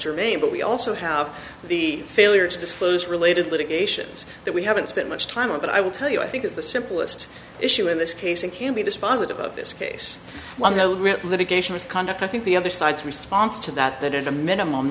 survey but we also have the failure to disclose related litigations that we haven't spent much time on but i will tell you i think is the simplest issue in this case and can be dispositive of this case litigation is conduct i think the other side's response to that that in a minimum